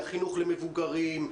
חינוך למבוגרים,